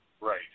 right